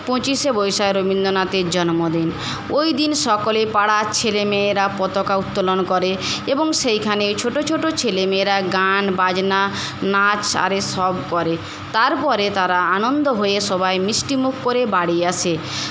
পঁচিশে বৈশাখ রবীন্দ্রনাথের জন্মদিন ওইদিন সকলে পাড়ার ছেলেমেয়েরা পতকা উত্তোলন করে সেইখানে ছোট ছোট ছেলেমেয়েরা গান বাজনা নাচ আর এ সব করে তারপরে তারা আনন্দ হয়ে সবাই মিষ্টিমুখ করে বাড়ি আসে